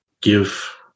give